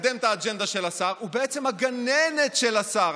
לקדם את האג'נדה של השר, הוא בעצם הגננת של השר.